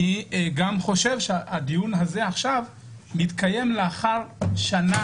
אני גם חושב שהדיון עכשיו מתקיים לאחר שנה,